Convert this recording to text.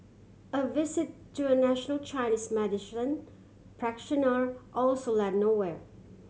a visit to a national Chinese practitioner also led nowhere